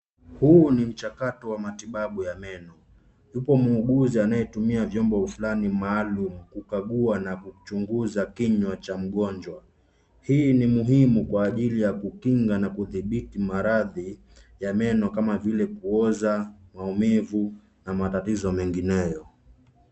Huu ni mchakato wa matibabu ya meno. Yupo muuguzi anayetumia vyombo fulani maalum, kukagua na kuchunguza kinywa cha mgonjwa. Hii ni muhimu kwa ajili ya kukinga na kudhibiti maradhi ya meno kama vile kuoza, maumivu na matatizo mengineyo.